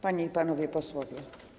Panie i Panowie Posłowie!